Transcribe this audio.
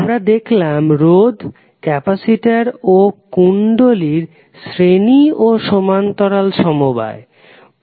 আমরা দেখলাম রোধ ক্যাপাসিটর ও কুণ্ডলীর শ্রেণী ও সমান্তরাল সমবায়